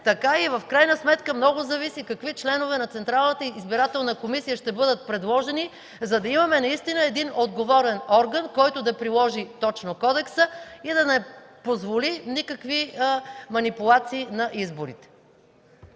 В крайна сметка много зависи какви членове на Централната избирателна комисия ще бъдат предложени, за да имаме наистина един отговорен орган, който да приложи точно Кодекса и да не позволи никакви манипулации на изборите.